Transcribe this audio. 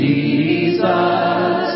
Jesus